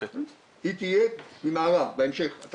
היא תהיה ממערב, בהמשך.